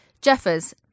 Jeffers